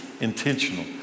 intentional